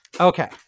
Okay